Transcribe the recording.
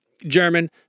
german